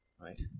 right